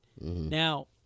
Now